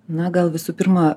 na gal visų pirma